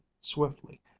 swiftly